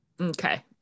Okay